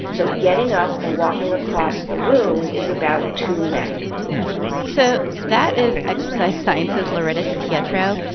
so getting up and walking across the room is about two mets so that is exercise scientist loretta dipietro.